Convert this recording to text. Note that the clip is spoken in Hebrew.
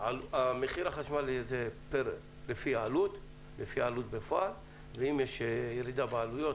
מחיר החשמל זה לפי עלות בפועל ואם יש ירידה בעלויות